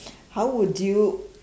how would you